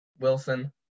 Wilson